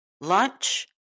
Lunch